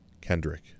Kendrick